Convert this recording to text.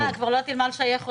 כבר לא ידעתי למה לשייך אותה.